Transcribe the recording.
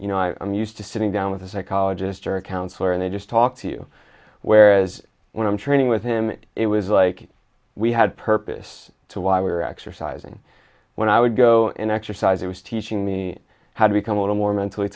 you know i'm used to sitting down with a psychologist or a counselor and i just talk to you whereas when i'm training with him it was like we had purpose to why we were exercising when i would go and exercise he was teaching me how to become a little more mentally